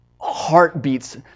heartbeats